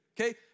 okay